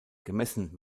gemessen